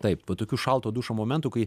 taip po tokių šalto dušo momentų kai